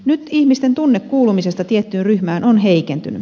nyt ihmisten tunne kuulumisesta tiettyyn ryhmään on heikentynyt